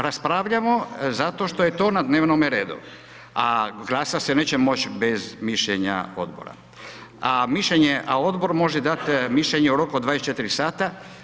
Raspravljamo zato što je to na dnevnome redu, a glasat se neće moći bez mišljenja odbora, a mišljenje, a odbor može dat mišljenje u roku od 24 sata.